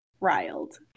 riled